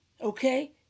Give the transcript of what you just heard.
Okay